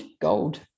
gold